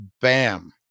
Bam